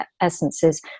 Essences